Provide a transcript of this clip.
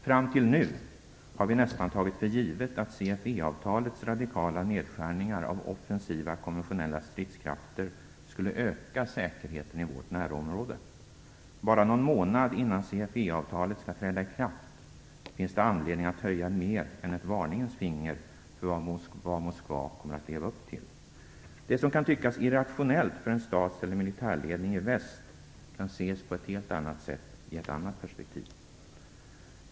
Fram till nu har vi nästan tagit för givet att CFE-avtalets radikala nedskärningar av offensiva konventionella stridskrafter skulle öka säkerheten i vårt närområde. Bara någon månad innan CFE-avtalet skall träda i kraft finns det anledning att höja mer än ett varningens finger för vad Moskva kommer att leva upp till. Det som kan tyckas irrationellt för en stats eller militärledning i väst kan ses på ett helt annat sätt i ett annat perspektiv.